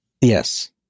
Yes